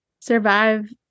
survive